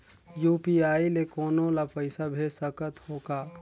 UPI ले कोनो ला पइसा भेज सकत हों का?